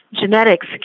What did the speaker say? Genetics